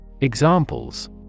Examples